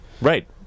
Right